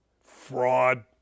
Fraud